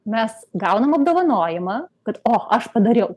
mes gaunam apdovanojimą kad o aš padariau